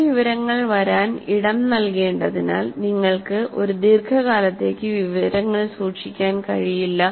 പുതിയ വിവരങ്ങൾ വരാൻ ഇടം നൽകേണ്ടതിനാൽ നിങ്ങൾക്ക് ഒരു ദീർഘകാലത്തേക്ക് വിവരങ്ങൾ സൂക്ഷിക്കാൻ കഴിയില്ല